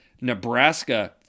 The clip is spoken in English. Nebraska